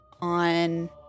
on